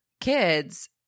kids